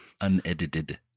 Unedited